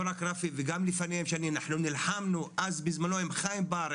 לא רק רפי וגם לפניהם אנחנו נלחמנו אז בזמנו עם חיים בר,